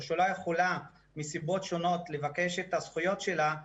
שלא יכולה מסיבות שונות לבקש את הזכויות שלה,